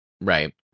Right